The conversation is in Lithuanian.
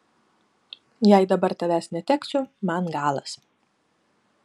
jei dabar tavęs neteksiu man galas